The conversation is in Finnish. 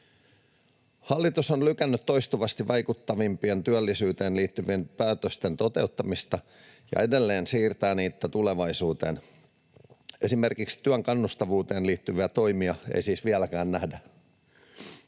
Hallitus on lykännyt toistuvasti vaikuttavimpien työllisyyteen liittyvien päätösten toteuttamista ja edelleen siirtää niitä tulevaisuuteen. Esimerkiksi työn kannustavuuteen liittyviä toimia ei siis vieläkään nähdä.